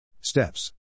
Steps